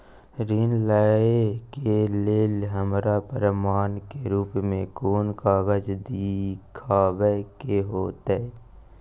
ऋण लय के लेल हमरा प्रमाण के रूप में कोन कागज़ दिखाबै के होतय?